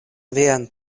vian